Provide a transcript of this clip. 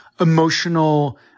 emotional